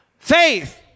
Faith